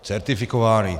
Certifikovány.